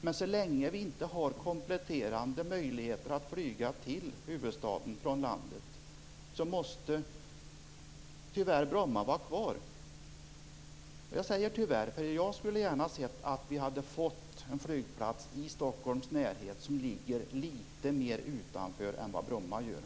Men så länge vi inte har kompletterande möjligheter att från andra delar av landet flyga till huvudstaden måste, tyvärr, Bromma flygplats vara kvar. Tyvärr, säger jag, för jag skulle gärna ha sett att vi fick en flygplats i Stockholms närhet som ligger litet mera utanför än vad Bromma gör.